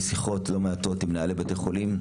שיחות לא מעטות עם מנהלי בתי חולים,